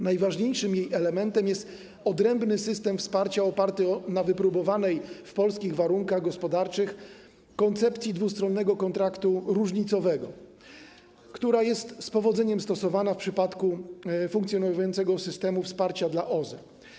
Najważniejszym elementem jest odrębny system wsparcia oparty na wypróbowanej w polskich warunkach gospodarczych koncepcji dwustronnego kontraktu różnicowego, która jest z powodzeniem stosowana w przypadku funkcjonującego systemu wsparcia dla OZE.